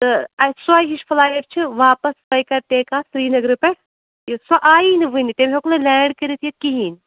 تہٕ سۄے ہِش فٕلایِٹ چھِ واپَس سۄے کَرِ ٹیک آف سِریٖنَگرٕ پیٚٹھ یُس سۄ آیی نہٕ وُنہِ تٔمۍ ہیٚوک نہٕ لینٛڈ کٔرِتھ ییٚتتہِ کِہیٖںٛۍ